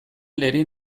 lerin